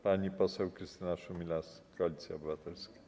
Pani poseł Krystyna Szumilas, Koalicja Obywatelska.